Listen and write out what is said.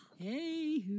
Hey